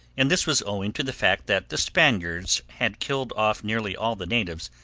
and this was owing to the fact that the spaniards had killed off nearly all the natives,